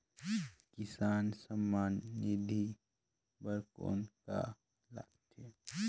किसान सम्मान निधि बर कौन का लगथे?